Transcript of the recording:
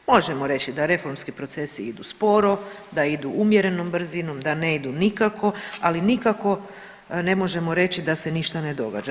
Možemo reći da reformski procesi idu sporo, da idu umjerenom brzinom, da ne idu nikako, ali nikako ne možemo reći da se ništa ne događa.